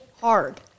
hard